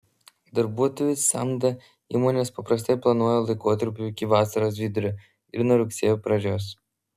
darbuotojų samdą įmonės paprastai planuoja laikotarpiui iki vasaros vidurio ir nuo rugsėjo pradžios